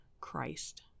Christ